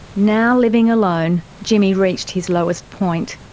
now living alone, jimmy reached his lowest point.